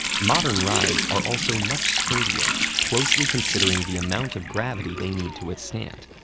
modern rides are also much sturdier, closely considering the amount of gravity they need to withstand.